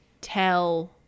tell